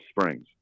Springs